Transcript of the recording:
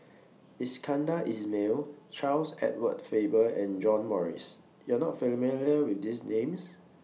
Iskandar Ismail Charles Edward Faber and John Morrice YOU Are not familiar with These Names